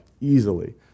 easily